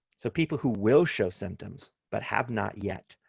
so people who will show symptoms but have not yet,